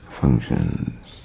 functions